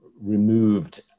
removed